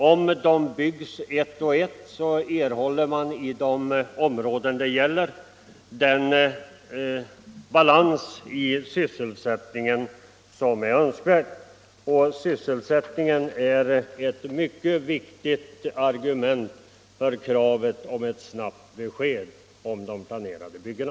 Om de byggs ett och ett får man i de områden det gäller den balans i sysselsättningen som är önskvärd. Och sysselsättningen är ett mycket viktigt argument för kravet på ett snabbt besked om de planerade byggena.